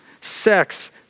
sex